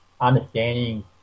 understanding